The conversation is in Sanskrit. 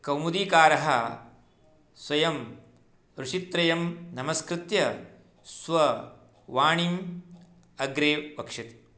कौमुदीकारः स्वयम् ऋषित्रयं नमस्कृत्य स्ववाणीम् अग्रे वक्षति